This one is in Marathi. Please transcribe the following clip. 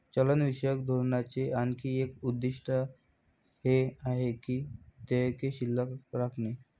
चलनविषयक धोरणाचे आणखी एक उद्दिष्ट हे आहे की देयके शिल्लक राखणे